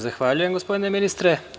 Zahvaljujem, gospodine ministre.